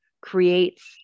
creates